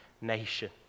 nation